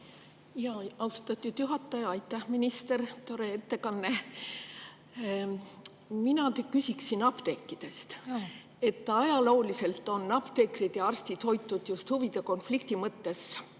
Austatud juhataja! Aitäh, minister, tore ettekanne! Mina küsiksin apteekide kohta. Ajalooliselt on apteekrid ja arstid hoitud just huvide konflikti mõttes